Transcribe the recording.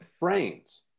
brains